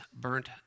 burnt